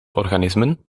organismen